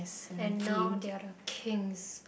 and now they are the kings